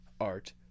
Art